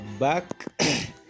Back